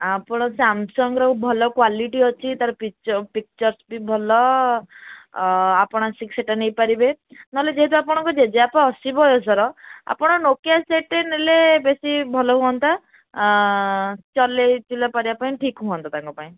ଆପଣ ସ୍ୟାମସଙ୍ଗ୍ ର ଭଲ କ୍ଵାଲିଟି ଅଛି ତା'ର ପିକ୍ଚର୍ ଫିକ୍ଚର୍ ବି ଭଲ ଆପଣ ଆସିକି ସେଇଟା ନେଇପାରିବେ ନହେଲେ ଯେହେତୁ ଆପଣଙ୍କ ଜେଜେବାପା ଅଶି ବୟସର ଆପଣ ନୋକିଆ ସେଟ୍ଟେ ନେଲେ ବେଶୀ ଭଲ ହୁଅନ୍ତା ଚଳେଇ ଚୁଲା ପାରିବାପାଇଁ ଠିକ୍ ହୁଅନ୍ତା ତାଙ୍କପାଇଁ